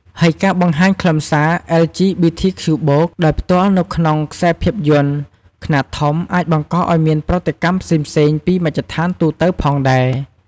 ហើយការបង្ហាញខ្លឹមសារ អិល ជី ប៊ី ធី ខ្ជូ បូក (LGBTQ+)ដោយផ្ទាល់នៅក្នុងខ្សែភាពយន្តខ្នាតធំអាចបង្កឲ្យមានប្រតិកម្មផ្សេងៗពីមជ្ឈដ្ឋានទូទៅផងដែរ។